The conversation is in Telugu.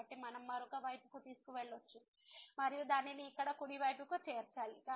కాబట్టి మనం మరొక వైపుకు తీసుకెళ్లవచ్చు మరియు దానిని ఇక్కడ కుడి వైపుకు చేర్చాలి